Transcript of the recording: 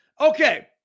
Okay